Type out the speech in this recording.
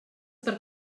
per